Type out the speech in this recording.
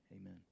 Amen